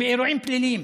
באירועים פליליים,